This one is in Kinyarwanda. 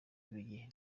buye